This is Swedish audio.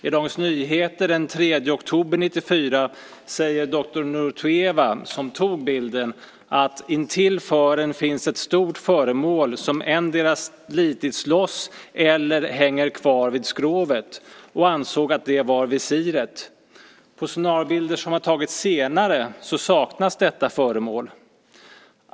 I Dagens Nyheter den 3 oktober 1994 säger doktor Nuorteva, som tog bilden, att det intill fören finns ett stort föremål som endera slitits loss eller hänger kvar vid skrovet. Han ansåg att det var visiret. På sonarbilder som har tagits senare saknas detta föremål.